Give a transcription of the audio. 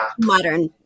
Modern